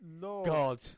God